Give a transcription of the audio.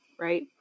right